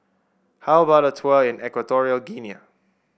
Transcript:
how about a tour in Equatorial Guinea